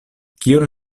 kion